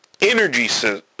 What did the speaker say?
energy